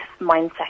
mindset